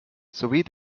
sowie